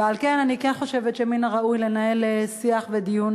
ועל כן אני כן חושבת שמן הראוי לנהל שיח ודיון